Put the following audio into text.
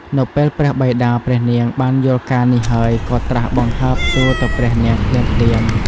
នៅពេលព្រះបិតាព្រះនាងបានយល់ការនេះហើយក៏ត្រាស់បង្ហើបសួរទៅព្រះនាង ភ្លាមៗ។